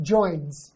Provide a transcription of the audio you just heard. Joins